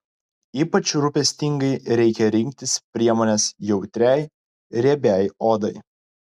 ypač rūpestingai reikia rinktis priemones jautriai riebiai odai